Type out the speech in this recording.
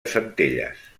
centelles